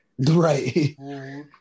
Right